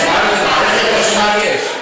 מערכת חשמל יש.